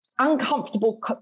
uncomfortable